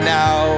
now